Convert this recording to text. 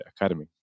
academy